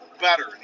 better